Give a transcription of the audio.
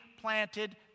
planted